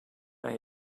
bij